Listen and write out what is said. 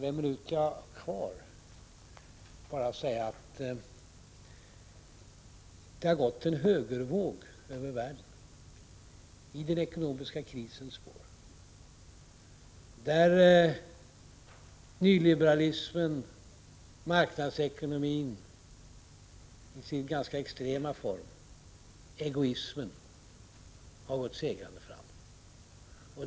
På den minut jag har kvar vill jag bara säga att det har gått en högervåg över världen i den ekonomiska krisens spår, där nyliberalismen, marknadsekonomin i sin ganska extrema form och egoismen har gått segrande fram.